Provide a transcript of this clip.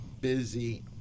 busy